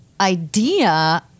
idea